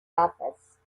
office